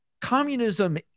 communism